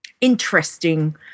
interesting